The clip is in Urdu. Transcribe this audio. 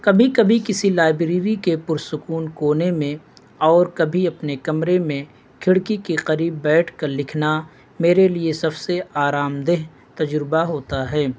کبھی کبھی کسی لائبریری کے پرسکون کونے میں اور کبھی اپنے کمرے میں کھڑکی کی قریب بیٹھ کر لکھنا میرے لیے سب سے آرام دہ تجربہ ہوتا ہے